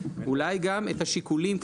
ואולי גם את השיקולים המאוד רחבים,